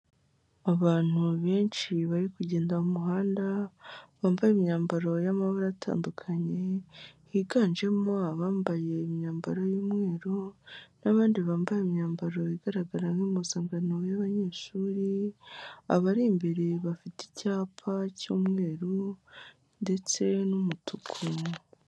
Abantu benshi bari kugenda mu muhanda bambaye imyambaro y'amabara atandukanye higanjemo abambaye imyambaro y'umweru n'abandi bambaye imyambaro igaragara nk'impuzanmbano y'abanyeshuri, abari imbere bafite icyapa cy'umweru ndetse n'umutuku.